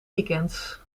weekends